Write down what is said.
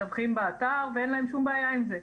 מדווחים באתר, ואין להם שום בעיה עם זה.